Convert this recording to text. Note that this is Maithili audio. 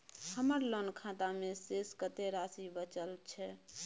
हमर लोन खाता मे शेस कत्ते राशि बचल छै?